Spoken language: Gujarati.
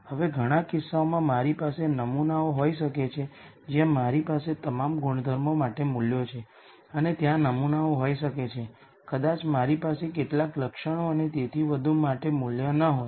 હવે ઘણા કિસ્સાઓમાં મારી પાસે નમૂનાઓ હોઈ શકે છે જ્યાં મારી પાસે તમામ ગુણધર્મો માટે મૂલ્યો છે અને ત્યાં નમૂનાઓ હોઈ શકે છે કદાચ મારી પાસે કેટલાક લક્ષણો અને તેથી વધુ માટે મૂલ્યો ન હોય